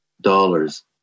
dollars